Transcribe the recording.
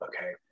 okay